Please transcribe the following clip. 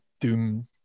doom